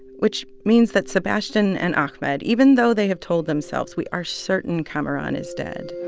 which means that sebastian and ahmed, even though they have told themselves, we are certain kamaran is dead.